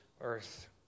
earth